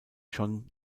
schon